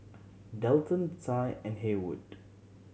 Delton Tye and Haywood